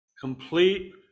complete